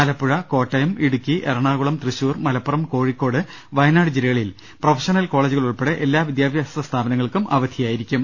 Alappuzha Kottayam Idukki Ernakulam Thrissur Malappuram Kozhikode Wayanad ജില്ലകളിൽ professional കോളേജുകൾ ഉൾപ്പെടെ എല്ലാ വിദ്യാഭ്യാസ സ്ഥാപനങ്ങൾക്കും അവധിയായിരിക്കും